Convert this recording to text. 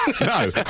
No